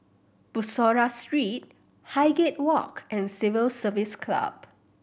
Bussorah Street Highgate Walk and Civil Service Club